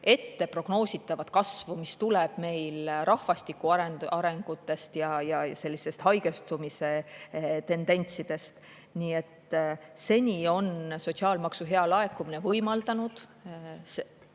prognoositavat kasvu, mis tuleb meil rahvastiku arengust ja haigestumise tendentsidest. Nii et seni on sotsiaalmaksu hea laekumine võimaldanud